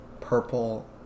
Purple